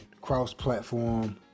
cross-platform